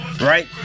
Right